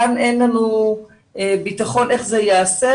כאן אין לנו ביטחון איך זה ייעשה.